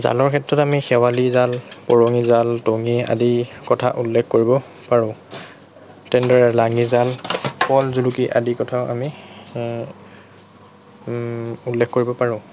জালৰ ক্ষেত্ৰত আমি শেৱালি জাল পৰঙি জাল টঙি আদিৰ কথা উল্লেখ কৰিব পাৰোঁ তেনেদৰে লাঙি জাল পল জুলুকি আদিৰ কথাও আমি উল্লেখ কৰিব পাৰোঁ